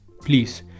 Please